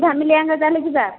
family ଯାକ ତାହେଲେ ଯିବା